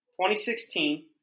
2016